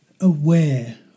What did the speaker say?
Aware